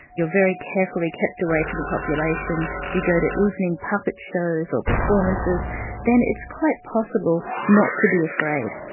you're very carefully kept away from the population, you go to evening puppet shows, or performances then it's quite possible not to be afraid.